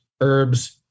herbs